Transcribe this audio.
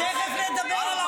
יש רכבות,